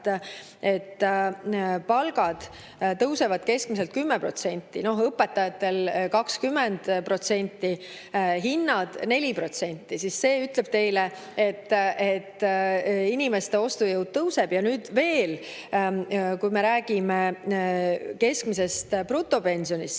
Palgad tõusevad keskmiselt 10%, õpetajatel 20%, hinnad aga tõusevad 4%. See ütleb teile, et inimeste ostujõud tõuseb. Veel, kui me räägime keskmisest brutopensionist,